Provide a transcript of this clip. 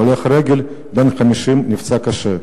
הולך רגל בן 50 נפצע קשה,